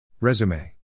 Resume